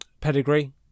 pedigree